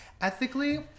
Ethically